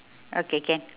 okay can